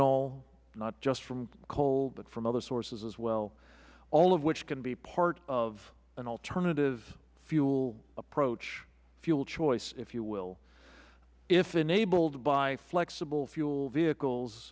l not just from coal but from other sources as well all of which can be part of an alternative fuel approach fuel choice if you will if enabled by flexible fuel vehicles